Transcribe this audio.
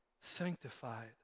Sanctified